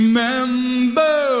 Remember